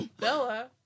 Bella